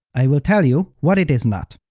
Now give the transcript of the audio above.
i will tell you what it is not.